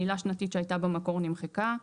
המילה שנתית שהייתה במקור נמחקה.